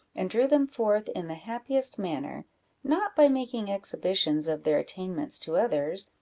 and drew them forth in the happiest manner not by making exhibitions of their attainments to others,